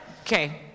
Okay